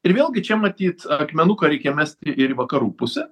ir vėlgi čia matyt akmenuką reikia mesti ir vakarų pusę